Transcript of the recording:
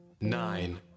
nine